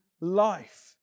life